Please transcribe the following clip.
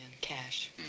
cash